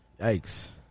Yikes